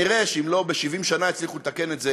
ואם ב-70 שנה לא הצליחו לתקן את זה,